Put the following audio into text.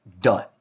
done